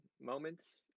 moments